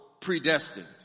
predestined